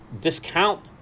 discount